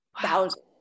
Thousands